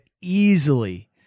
easily